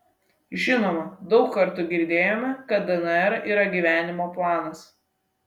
žinoma daug kartų girdėjome kad dnr yra gyvenimo planas